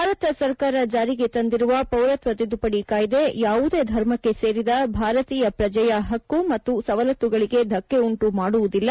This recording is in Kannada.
ಭಾರತ ಸರ್ಕಾರ ಜಾರಿಗೆ ತಂದಿರುವ ಪೌರತ್ವ ತಿದ್ದುಪಡಿ ಕಾಯ್ದೆ ಯಾವುದೇ ಧರ್ಮಕ್ಕೆ ಸೇರಿದ ಭಾರತೀಯ ಪ್ರಚೆಯ ಪಕ್ಕು ಮತ್ತು ಸವಲತ್ತುಗಳಿಗೆ ಧಕ್ಕೆಯುಂಟು ಮಾಡುವುದಿಲ್ಲ